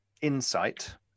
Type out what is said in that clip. insight